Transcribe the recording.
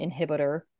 inhibitor